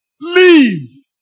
Leave